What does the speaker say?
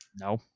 No